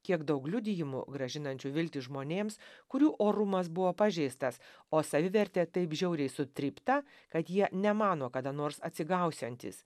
kiek daug liudijimų grąžinančių viltį žmonėms kurių orumas buvo pažeistas o savivertė taip žiauriai sutrypta kad jie nemano kada nors atsigausiantys